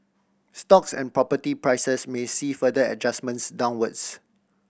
stocks and property prices may see further adjustments downwards